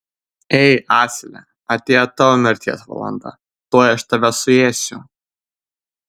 ei asile atėjo tavo mirties valanda tuoj aš tave suėsiu